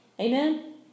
Amen